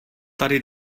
tady